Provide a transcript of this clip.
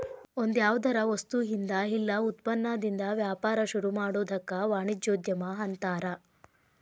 ಒಂದ್ಯಾವ್ದರ ವಸ್ತುಇಂದಾ ಇಲ್ಲಾ ಉತ್ಪನ್ನದಿಂದಾ ವ್ಯಾಪಾರ ಶುರುಮಾಡೊದಕ್ಕ ವಾಣಿಜ್ಯೊದ್ಯಮ ಅನ್ತಾರ